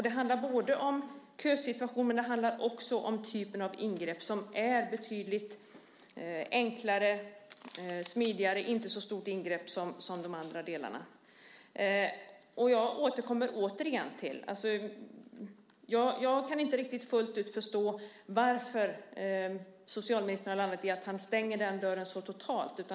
Det handlar både om kösituationen och om typen av ingrepp, som är betydligt enklare, smidigare, och inte så stort som andra sorters ingrepp. Jag återkommer ännu en gång till att jag inte fullt ut kan förstå varför socialministern har beslutat att stänga dörren så totalt.